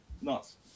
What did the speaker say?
Nuts